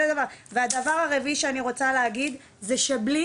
והדבר הרביעי שאני רוצה להגיד זה שבלי